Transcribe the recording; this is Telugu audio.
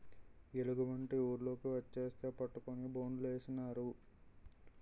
ఎలుగుబంటి ఊర్లోకి వచ్చేస్తే పట్టుకొని బోనులేసినారు